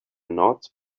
not